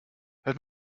hört